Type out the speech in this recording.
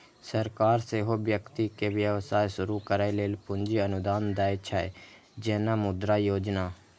सरकार सेहो व्यक्ति कें व्यवसाय शुरू करै लेल पूंजी अनुदान दै छै, जेना मुद्रा योजना